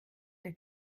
der